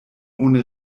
ohne